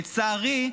לצערי,